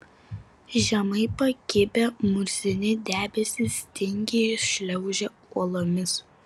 žemai pakibę murzini debesys tingiai šliaužė uolomis